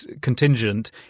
contingent